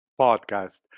podcast